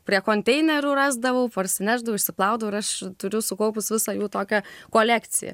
prie konteinerių rasdavau parsinešdavau išsiplaudavau ir aš turiu sukaupus visą jų tokią kolekciją